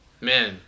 Man